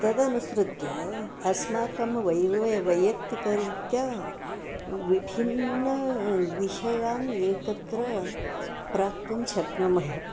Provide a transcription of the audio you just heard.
तदनुसृत्य अस्माकं वैवे वैयक्तिकरीत्या विभिन्न विषयान् एकत्र प्राप्तुं शक्नुमः